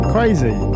Crazy